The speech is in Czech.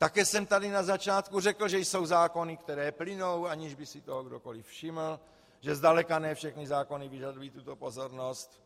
Také jsem tady na začátku řekl, že jsou zákony, které plynou, aniž by si toho kdokoli všiml, že zdaleka ne všechny zákony vyžadují tuto pozornost.